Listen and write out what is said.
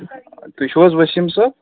تُہۍ چھُو حظ ؤسیٖم صٲب